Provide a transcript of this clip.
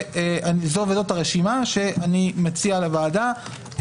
וזאת הרשימה שאני מציע לוועדה,